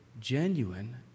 genuine